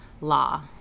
law